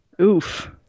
oof